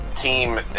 team